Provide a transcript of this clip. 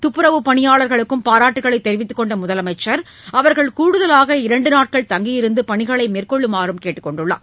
துப்புரவுப் பணியாளர்களுக்கு பாராட்டுகளை தெரிவித்துக் கொண்ட முதலமைச்சர் அவர்கள் கூடுதலாக இரண்டுநாட்கள் தங்கியிருந்து பணிகளை மேற்கொள்ளுமாறு கேட்டுக் கொண்டார்